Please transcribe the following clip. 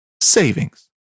savings